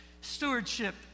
stewardship